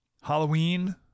Halloween